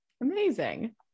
Amazing